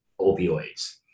opioids